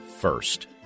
first